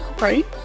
Right